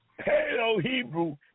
Paleo-Hebrew